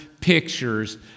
pictures